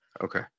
Okay